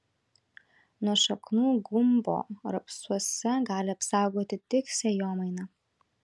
nuo šaknų gumbo rapsuose gali apsaugoti tik sėjomaina